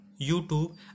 YouTube